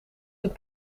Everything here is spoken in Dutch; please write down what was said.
zijn